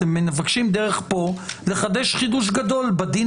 אתם מבקשים פה לחדש חידוש גדול בדין